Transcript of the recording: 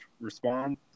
Respond